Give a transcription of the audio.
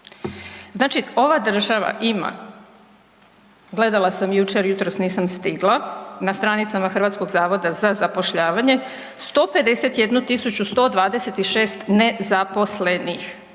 Znači ova država ima gledala sam jučer, jutros nisam stigla na stranicama HZZ-a 151.126 nezaposlenih.